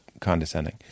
condescending